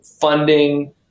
funding